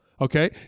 Okay